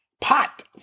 pot